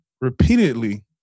repeatedly